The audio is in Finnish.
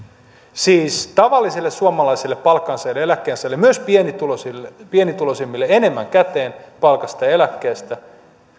siis tavallisille suomalaisille palkansaajille eläkkeensaajille myös pienituloisimmille enemmän käteen palkasta ja eläkkeestä